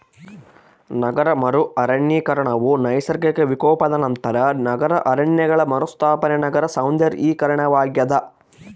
ನಗರ ಮರು ಅರಣ್ಯೀಕರಣವು ನೈಸರ್ಗಿಕ ವಿಕೋಪದ ನಂತರ ನಗರ ಅರಣ್ಯಗಳ ಮರುಸ್ಥಾಪನೆ ನಗರ ಸೌಂದರ್ಯೀಕರಣವಾಗ್ಯದ